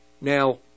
Now